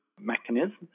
mechanism